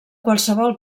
qualsevol